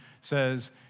says